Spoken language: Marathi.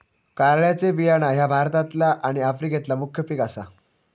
कारळ्याचे बियाणा ह्या भारतातला आणि आफ्रिकेतला मुख्य पिक आसा